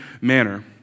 manner